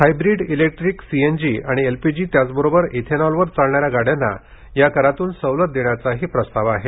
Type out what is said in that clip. hybrid electric CNG आणि LPG त्याचबरोबर इथेनॉलवर चालणाऱ्या गाडयांना या करातून सवलत देण्याचाही प्रस्ताव आहे